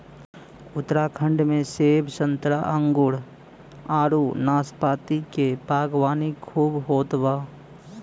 उत्तराखंड में सेब संतरा अंगूर आडू नाशपाती के बागवानी खूब होत बा